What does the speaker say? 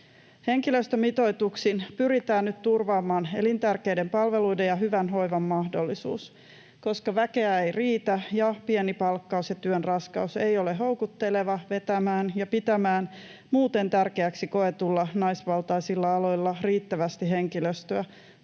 Henkilöstömitoituksin pyritään nyt turvaamaan elintärkeiden palveluiden ja hyvän hoivan mahdollisuus. Koska väkeä ei riitä ja pieni palkkaus ja työn raskaus eivät ole houkuttelevia vetämään ja pitämään muuten tärkeäksi koetuilla naisvaltaisilla aloilla riittävästi henkilöstöä,